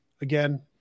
again